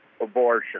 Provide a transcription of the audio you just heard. abortion